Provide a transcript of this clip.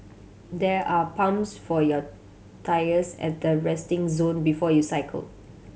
there are pumps for your tyres at the resting zone before you cycle